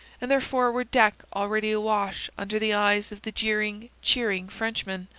and their forward deck already awash under the eyes of the jeering, cheering frenchmen,